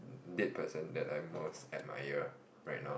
dead person that I most admire right now